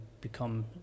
become